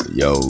yo